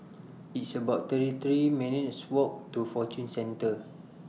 It's about thirty three minutes' Walk to Fortune Centre